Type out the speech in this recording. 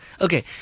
Okay